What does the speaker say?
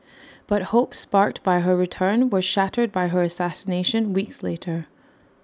but hopes sparked by her return were shattered by her assassination weeks later